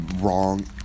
wrong